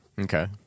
Okay